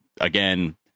again